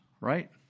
right